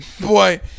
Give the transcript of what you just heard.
boy